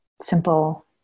simple